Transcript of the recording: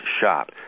shop